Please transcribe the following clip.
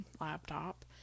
laptop